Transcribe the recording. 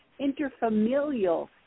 interfamilial